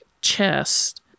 chest